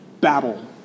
battle